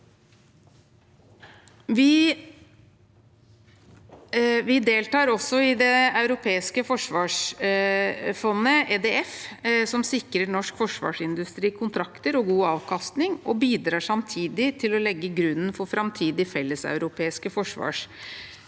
Vi deltar også i det europeiske forsvarsfondet, EDF, som sikrer norsk forsvarsindustri kontrakter og god avkastning, og bidrar samtidig til å legge grunnen for framtidige felleseuropeiske forsvarsanskaffelser.